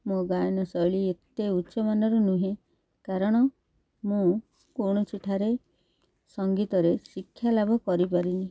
ମୋ ଗାୟନ ଶୈଳୀ ଏତେ ଉଚ୍ଚମାନର ନୁହେଁ କାରଣ ମୁଁ କୌଣସି ଠାରେ ସଙ୍ଗୀତରେ ଶିକ୍ଷାଲାଭ କରିପାରିନି